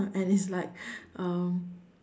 and it's like um